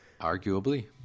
Arguably